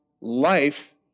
life